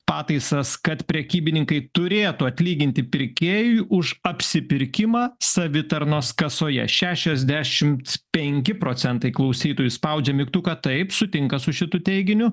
pataisas kad prekybininkai turėtų atlyginti pirkėjui už apsipirkimą savitarnos kasoje šešiasdešimt penki procentai klausytojų spaudžia mygtuką taip sutinka su šituo teiginiu